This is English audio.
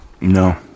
No